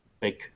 big